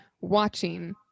watching